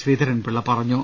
ശ്രീധരൻപിള്ള പറഞ്ഞു